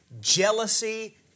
jealousy